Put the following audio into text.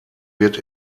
wird